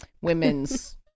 women's